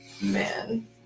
Man